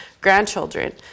grandchildren